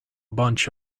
bunch